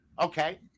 Okay